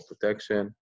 protection